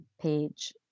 page